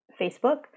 Facebook